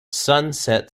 sunset